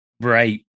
Right